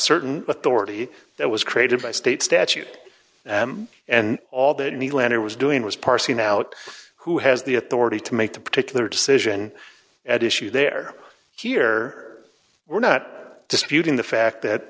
certain authority that was created by state statute and all that in the land it was doing was parsing out who has the authority to make the particular decision at issue there here we're not disputing the fact that